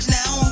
now